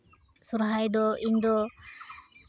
ᱥᱚᱦᱚᱨᱟᱭ ᱫᱚ ᱤᱧᱫᱚ